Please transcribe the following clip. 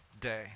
day